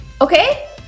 okay